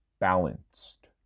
balanced